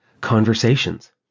conversations